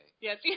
Yes